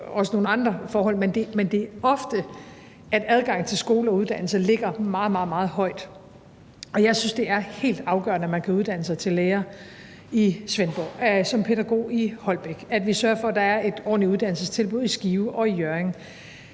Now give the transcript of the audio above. også om nogle andre forhold. Men det er ofte, at adgang til skole og uddannelse ligger meget, meget højt på listen, og jeg synes, det er helt afgørende, at man kan uddanne sig til lærer i Svendborg og til pædagog i Holbæk, og at vi sørger for, at der er et ordentligt uddannelsestilbud i Skive og i Hjørring.